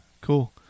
cool